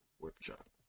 workshop